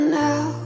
now